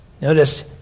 notice